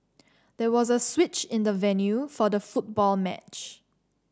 there was a switch in the venue for the football match